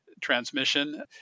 transmission